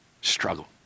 Struggle